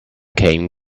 came